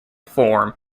form